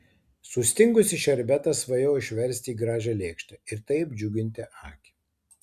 sustingusį šerbetą svajojau išversti į gražią lėkštę ir taip džiuginti akį